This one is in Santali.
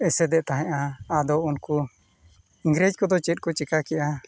ᱮᱥᱮᱫᱮᱜ ᱛᱟᱦᱮᱱᱟ ᱟᱫᱚ ᱩᱱᱠᱩ ᱤᱝᱨᱮᱡᱽ ᱠᱚᱫᱚ ᱪᱮᱫ ᱠᱚ ᱪᱤᱠᱟ ᱠᱮᱜᱼᱟ